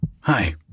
Hi